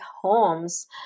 homes